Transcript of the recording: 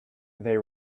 they